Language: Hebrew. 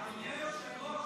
אדוני היושב-ראש,